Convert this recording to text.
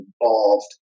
involved